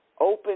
open